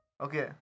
Okay